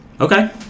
Okay